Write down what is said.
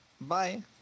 Bye